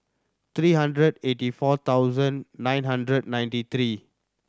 three hundred eighty four thousand nine hundred ninety three